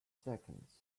seconds